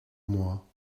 moi